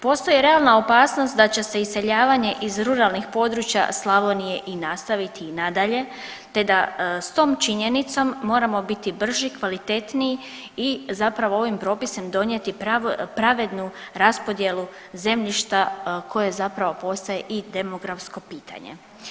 Postoji realna opasnost da će se iseljavanje iz ruralnih područja Slavonije i nastaviti i nadalje te da s tom činjenicom moramo biti brži, kvalitetniji i zapravo ovim propisom donijeti pravednu raspodjelu zemljišta koje zapravo postaje i demografsko pitanje.